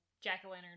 Jack-o'-lantern